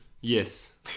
Yes